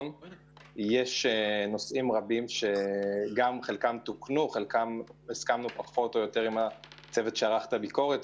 יש נושאים רבים שחלקם תוקנו כי הסכמנו עם הביקורת.